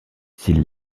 s’il